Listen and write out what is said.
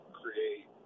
create